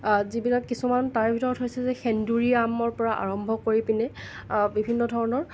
যিবিলাক কিছুমান তাৰে ভিতৰত হৈছে যে সেন্দুৰী আমৰ পৰা আৰম্ভ কৰি পিনে বিভিন্ন ধৰণৰ